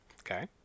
okay